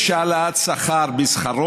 יש העלאה בשכרו,